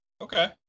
Okay